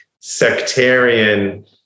sectarian